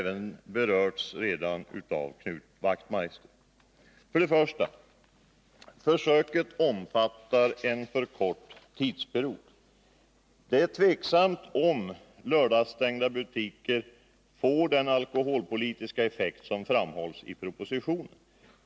Vår första invändning är att försöket omfattar en för kort tidsperiod. Det är tvivelaktigt om lördagsstängda systembutiker får den alkoholpolitiska effekt som framhålls i propositionen.